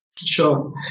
Sure